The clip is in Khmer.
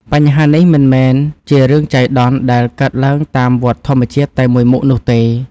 បញ្ហានេះមិនមែនជារឿងចៃដន្យដែលកើតឡើងតាមវដ្តធម្មជាតិតែមួយមុខនោះទេ។